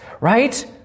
right